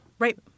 Right